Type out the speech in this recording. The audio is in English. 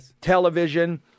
television